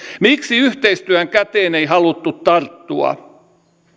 miksi yhteistyön käteen ei haluttu tarttua